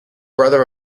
brother